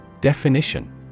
Definition